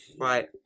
Right